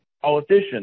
politicians